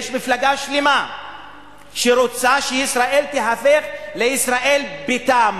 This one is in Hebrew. יש מפלגה שלמה שרוצה שישראל תיהפך לישראל ביתם,